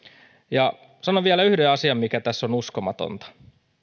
sanon vielä yhden asian mikä tässä on uskomatonta